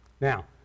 Now